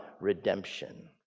redemption